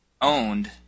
owned